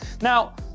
Now